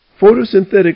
Photosynthetic